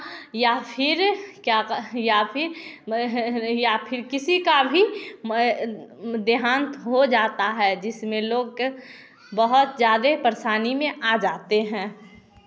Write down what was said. या फिर क्या या फिर या फिर किसी का भी में देहात हो जाता है जिसमें लोग बहुत ज़्यादा परेशानी में आ जाते हैं